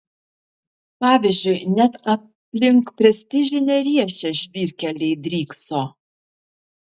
pavyzdžiui net aplink prestižinę riešę žvyrkeliai drykso